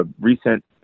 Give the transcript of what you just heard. recent